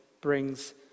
brings